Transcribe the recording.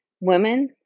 women